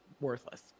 worthless